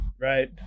Right